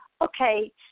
Okay